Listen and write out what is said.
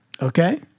Okay